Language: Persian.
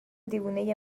دیوونه